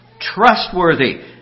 trustworthy